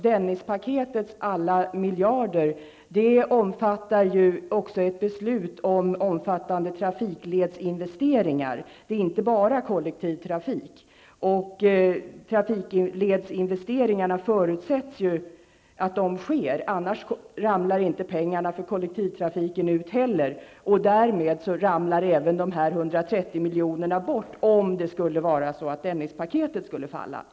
Dennispaketet med alla miljarder där omfattar ju också ett beslut om omfattande trafikledsinvesteringar. Det handlar inte bara om kollektiv trafik. Trafikledsinvesteringar är en förutsättning för pengar till kollektivtrafiken. Således ramlar även de 130 miljonerna bort om Dennispaketet skulle falla.